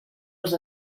els